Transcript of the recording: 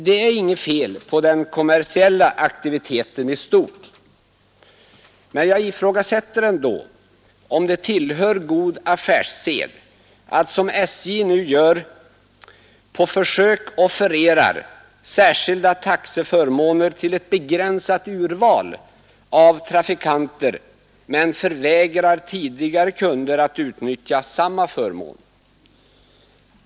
Det är inget fel på den kommersiella aktiviteten i stort, men jag ifrågasätter ändå om det tillhör god affärssed att, som SJ nu gör på försök, offerera särskilda taxeförmåner till ett begränsat urval av trafikanter men förvägra tidigare kunder att utnyttja samma förmåner.